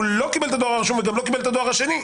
הוא לא קיבל את הדואר הרשום וגם לא קיבל את הדואר השני.